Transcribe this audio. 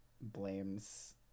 blames